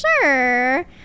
sure